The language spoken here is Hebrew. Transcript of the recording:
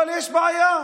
אבל יש בעיה,